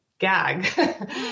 gag